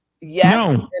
yes